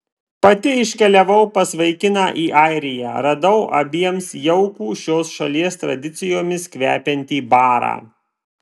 pati iškeliavau pas vaikiną į airiją radau abiems jaukų šios šalies tradicijomis kvepiantį barą